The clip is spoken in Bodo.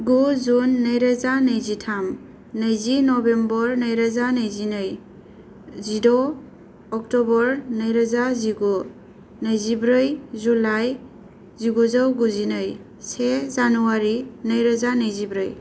गु जुन नैरोजा नैजिथाम नैजि नबेम्बर नैरोजा नैजिनै जिद' अक्टबर नैरोजा जिगु नैजिब्रै जुलाइ जिगुजौ गुजिनै से जानुवारि नैरोजा नैजिब्रै